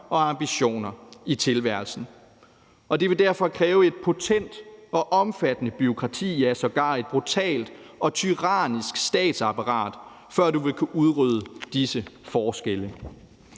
og ambitioner i tilværelsen, og det vil derfor kræve et potent og omfattende bureaukrati, ja sågar et brutalt og tyrannisk statsapparat, før man ville kunne udrydde disse forskelle.